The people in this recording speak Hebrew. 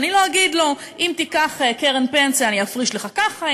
שלא אגיד לו: אם תיקח קרן פנסיה אפריש לך ככה,